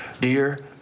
dear